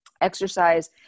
exercise